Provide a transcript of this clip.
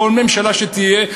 כל ממשלה שתהיה,